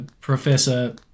professor